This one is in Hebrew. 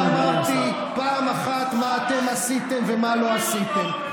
לא אמרתי פעם אחת מה אתם עשיתם ומה לא עשיתם.